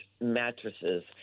mattresses